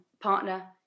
partner